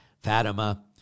Fatima